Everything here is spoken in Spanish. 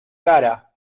cara